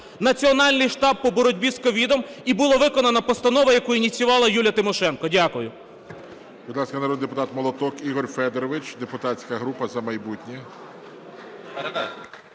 Національний штаб по боротьбі з COVID, і була виконана постанова, яку ініціювала Юлі Тимошенко. Дякую.